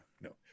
no